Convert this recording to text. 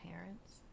parents